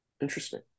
Interesting